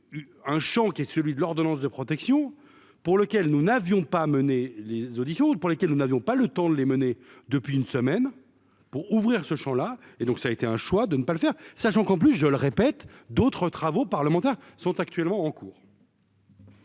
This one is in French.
un Champ qui est celui de l'ordonnance de protection pour lequel nous n'avions pas mener les auditions pour lesquels nous n'avions pas le temps de les mener depuis une semaine pour ouvrir ce Champ là et donc ça a été un choix de ne pas le faire, sachant qu'en plus, je le répète, d'autres travaux parlementaires sont actuellement en cours.